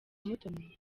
umutoni